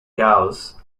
gauss